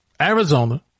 Arizona